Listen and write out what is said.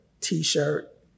T-shirt